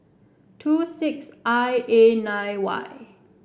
two six I A nine Y